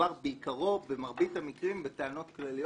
מדובר במרבית המקרים בטענות כלליות,